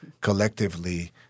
collectively